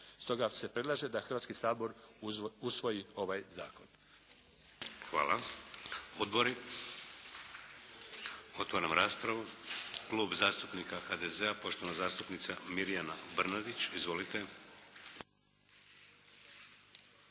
Stoga se predlaže da Hrvatski sabor usvoji ovaj zakon.